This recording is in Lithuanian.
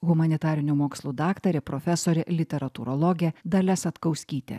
humanitarinių mokslų daktarė profesorė literatūrologė dalia satkauskytė